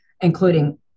including